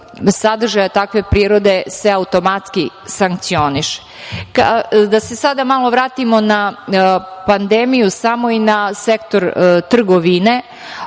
sadržaja takve prirode se automatski sankcioniše. Da se sada malo vratimo na pandemiju i na sektor trgovine.